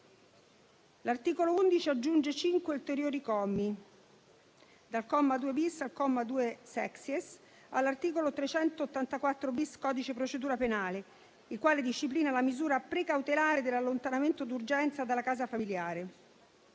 L'articolo 11 aggiunge cinque ulteriori commi, dal comma 2-*bis* al comma 2-*sexies*, all'articolo 384-*bis* del codice di procedura penale, il quale disciplina la misura precautelare dell'allontanamento d'urgenza dalla casa familiare.